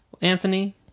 Anthony